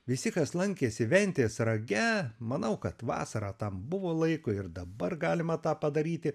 visi kas lankėsi ventės rage manau kad vasarą tam buvo laiko ir dabar galima tą padaryti